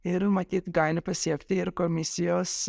ir matyt gali pasiekti ir komisijos